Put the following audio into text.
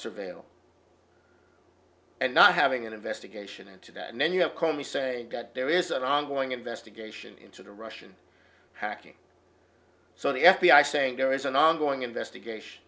surveil and not having an investigation into that and then you have called me say that there is an ongoing investigation into the russian hacking so the f b i saying there is an ongoing investigation